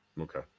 okay